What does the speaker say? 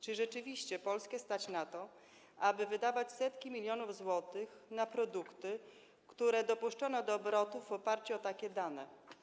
Czy rzeczywiście Polskę stać na to, aby wydawać setki milionów złotych na produkty, które dopuszczono do obrotu na podstawie takich danych?